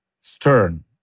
stern